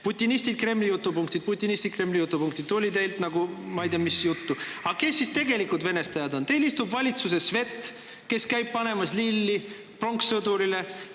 Putinistid, Kremli jutupunktid, putinistid, Kremli jutupunktid – seda tuli teilt nagu ma ei tea mis juttu. Aga kes siis tegelikult venestajad on? Teil istub valitsuses Svet, kes käib panemas lilli pronkssõdurile.